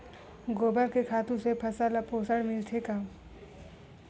गोबर के खातु से फसल ल पोषण मिलथे का?